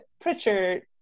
Pritchard